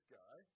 guy